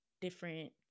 different